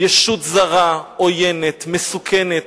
ישות זרה, עוינת, מסוכנת,